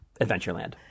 Adventureland